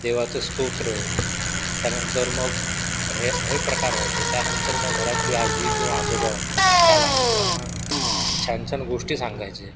देवाचं स्तोत्र त्यानंतर मग हे हे प्रकार व्हायचे त्यानंतर मग घरातले आजी किंवा आजोबा त्या लहान मुलांना छान छान गोष्टी सांगायचे